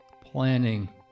planning